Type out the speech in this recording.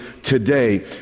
Today